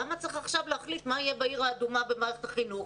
למה צריך עכשיו להחליט מה יהיה בעיר האדומה במערכת החינוך?